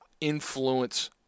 influence